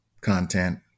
content